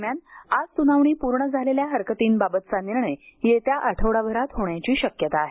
दरम्यान आज सुनावणी पूर्ण झालेल्या हरकतींबाबतचा निर्णय येत्या आठवडाभरात होण्याची शक्यता आहे